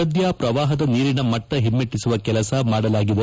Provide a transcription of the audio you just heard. ಸದ್ಯ ಪ್ರವಾಪದ ನೀರಿನ ಮಟ್ಟ ಹಿಮೆಟ್ಟಸುವ ಕೆಲಸ ಮಾಡಲಾಗಿದೆ